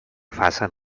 facen